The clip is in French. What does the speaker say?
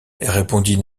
répondit